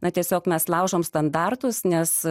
na tiesiog mes laužome standartus nes